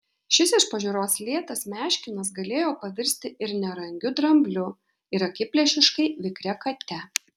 šis iš pažiūros lėtas meškinas galėjo pavirsti ir nerangiu drambliu ir akiplėšiškai vikria kate